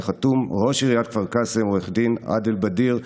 על החתום: ראש עיריית כפר קאסם עו"ד עאדל בדיר.